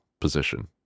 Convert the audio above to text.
position